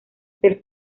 del